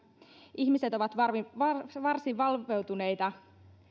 ihmiset ovat varsin valveutuneita